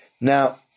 Now